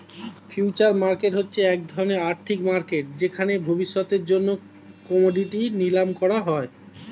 future market হচ্ছে এক ধরণের আর্থিক মার্কেট যেখানে ভবিষ্যতের জন্য কোমোডিটি নিলাম করা হয়